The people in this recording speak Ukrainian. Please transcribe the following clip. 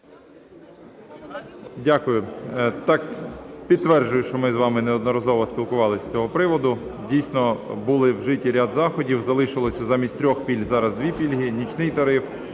Дякую. Так, підтверджую, що ми з вами неодноразово спілкувалися з цього приводу. Дійсно, були вжиті ряд заходів, залишилося замість трьох пільг зараз дві пільги, нічний тариф